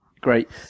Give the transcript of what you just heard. Great